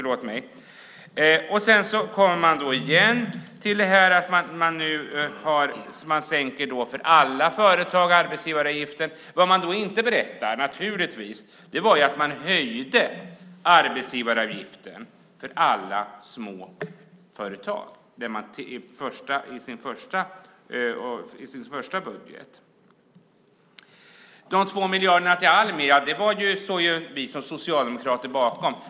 Man återkommer till att man sänker arbetsgivaravgiften för alla företag. Vad man då naturligtvis inte berättar är att man i sin första budget höjde arbetsgivaravgiften för alla småföretag. De 2 miljarderna till Almi står ju vi socialdemokrater bakom.